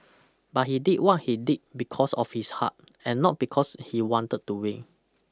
but he did what he did because of his heart and not because he wanted to win